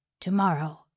Tomorrow